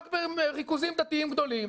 רק בריכוזים דתיים גדולים,